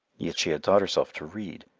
yet she had taught herself to read,